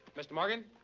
mr. morgan.